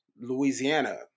Louisiana